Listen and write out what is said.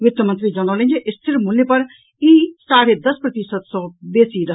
वित्त मंत्री जनौलनि जे स्थिर मूल्य पर ई साढ़े दस प्रतिशत सॅ बेसी रहल